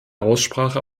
aussprache